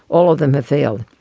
all of them have failed.